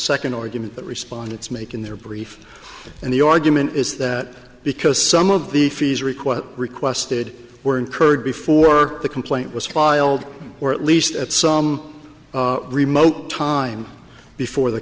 second argument that respondents make in their brief and the argument is that because some of the fees required requested were incurred before the complaint was filed or at least at some remote time before the